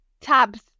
tabs